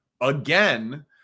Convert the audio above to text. again